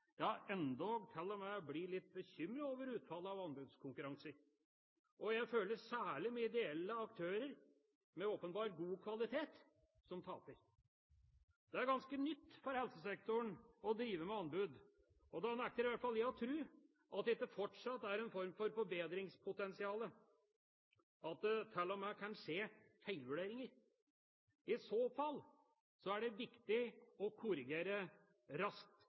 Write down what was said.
ja, til og med bli litt bekymret – over utfallet av anbudskonkurranser. Og jeg føler særlig med ideelle aktører, med åpenbar god kvalitet, som taper. Det er ganske nytt for helsesektoren å drive med anbud. Da nekter i hvert fall jeg å tro at det ikke fortsatt er en form for forbedringspotensial, og at det til og med kan skje feilvurderinger. I så fall er det viktig å korrigere raskt,